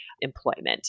employment